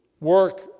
work